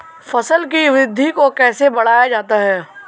फसल की वृद्धि को कैसे बढ़ाया जाता हैं?